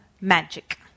magic